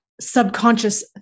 subconscious